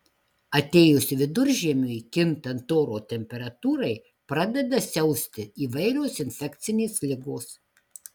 atėjus viduržiemiui kintant oro temperatūrai pradeda siausti įvairios infekcinės ligos